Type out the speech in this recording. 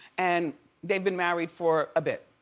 and they've been married for a bit,